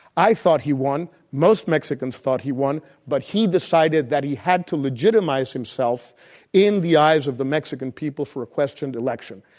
i thought he won, most mexicans thought he won, but he decided that he had to legitimize himself in the eyes of the mexican people for a questioned election.